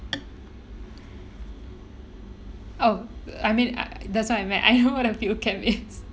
oh I mean uh that's what I meant I know what a field camp is